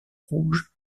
rouge